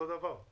אותו הדבר.